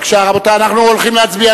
רבותי, אנחנו הולכים להצביע.